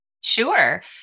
Sure